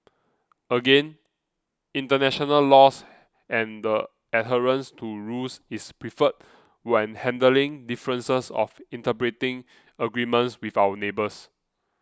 again international laws and the adherence to rules is preferred when handling differences of interpreting agreements with our neighbours